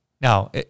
Now